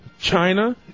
China